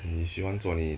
你喜欢做你